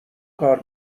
کار